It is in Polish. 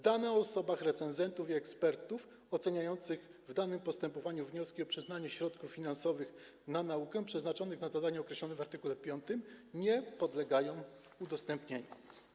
Dane o osobach recenzentów i ekspertów oceniających w danym postępowaniu wnioski o przyznanie środków finansowych na naukę przeznaczonych na zadania określone w art. 5 nie podlegają udostępnieniu.